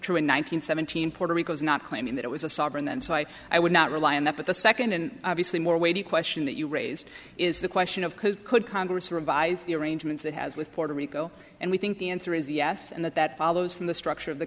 true in one nine hundred seventeen puerto rico is not claiming that it was a sovereign and so i i would not rely on that but the second and obviously more weighty question that you raise is the question of could congress revise the arrangement that has with puerto rico and we think the answer is yes and that that follows from the structure of the